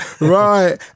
Right